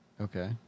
Okay